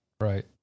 Right